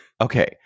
okay